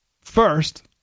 First